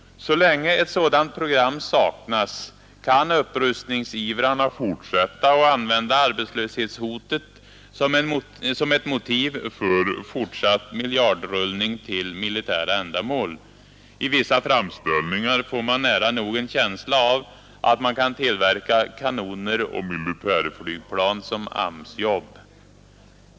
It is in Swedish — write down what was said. Så länge ett sådant program saknas kan upprustningsivrarna fortsätta att använda arbetslöshetshotet som ett motiv för fortsatt miljardrullning till militära ändamål. I vissa framställningar får man nära nog en känsla av att kanoner och militärflygplan kan tillverkas som AMS-jobb!